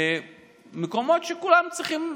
מקומות שכולנו צריכים,